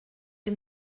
den